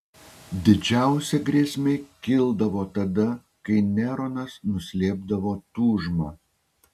didžiausia grėsmė kildavo tada kai neronas nuslėpdavo tūžmą